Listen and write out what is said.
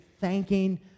thanking